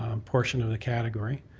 um portion of the category.